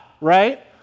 Right